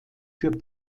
für